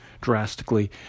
drastically